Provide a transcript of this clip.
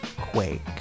quake